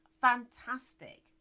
fantastic